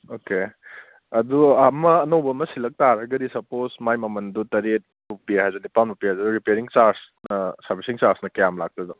okay ꯑꯗꯨ ꯑꯃ ꯑꯅꯧꯕ ꯑꯃ ꯁꯤꯜꯂꯛꯄ ꯇꯥꯔꯒꯗꯤ ꯁꯞꯄꯣꯁ ꯃꯥꯒꯤ ꯃꯃꯟꯗꯨ ꯇꯔꯦꯠ ꯐꯥꯎꯕ ꯄꯤ ꯍꯥꯏꯔꯁꯨ ꯅꯤꯄꯥꯜꯃꯨꯛ ꯄꯤ ꯍꯥꯏꯔꯁꯨ ꯔꯤꯄꯤꯌꯥꯔꯤꯡ ꯆꯥꯔꯖ ꯑꯥ ꯁꯥꯔꯕꯤꯁꯤꯡ ꯆꯥꯔ꯭ꯖꯅ ꯀꯌꯥꯝ ꯂꯥꯛꯀꯗꯣꯏꯕ